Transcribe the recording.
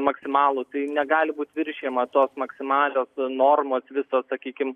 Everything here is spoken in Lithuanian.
maksimalų tai negali būt viršijama tos maksimalios normos visos sakykim